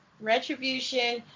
Retribution